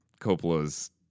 coppola's